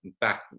back